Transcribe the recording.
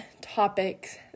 topics